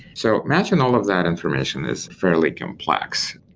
so imagine all of that information. it's fairly complex.